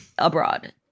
abroad